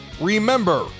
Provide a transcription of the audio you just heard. Remember